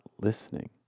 listening